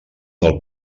del